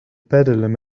peddelden